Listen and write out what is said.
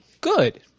good